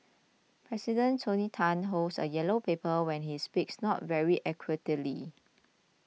President Tony Tan holds a yellow paper when he speaks not very eloquently